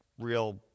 real